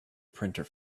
printer